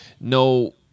No